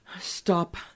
stop